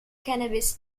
cannabis